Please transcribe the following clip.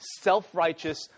self-righteous